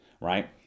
right